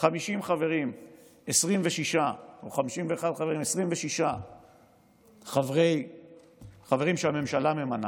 50 או 51 חברים 26 חברים שהממשלה ממנה,